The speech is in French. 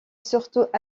surtout